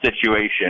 situation